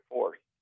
Force